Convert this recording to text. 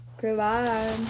Goodbye